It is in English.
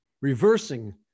reversing